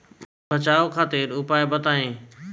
बचाव खातिर उपचार बताई?